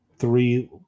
three